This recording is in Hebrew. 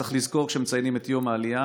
וצריך לזכור זאת כשמציינים את יום העלייה,